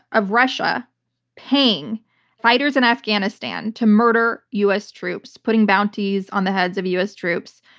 of russia paying fighters in afghanistan to murder u. s. troops, putting bounties on the heads of u. s. troops.